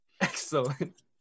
Excellent